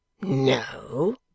No